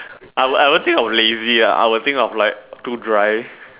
I will I will think of lazy ah I will think of to drive